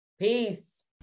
Peace